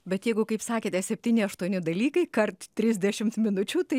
bet jeigu kaip sakėte septyni aštuoni dalykai kart trisdešimt minučių tai